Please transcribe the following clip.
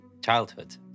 childhood